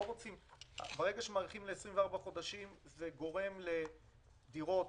ברגע שמאריכים ל-24 חודשים זה גורם לדירות